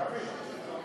דוד.